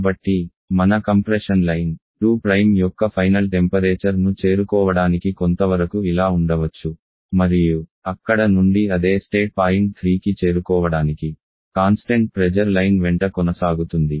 కాబట్టి మన compression line 2 యొక్క ఫైనల్ టెంపరేచర్ ను చేరుకోవడానికి కొంతవరకు ఇలా ఉండవచ్చు మరియు అక్కడ నుండి అదే స్టేట్ పాయింట్ 3 కి చేరుకోవడానికి కాన్స్టెంట్ ప్రెజర్ లైన్ వెంట కొనసాగుతుంది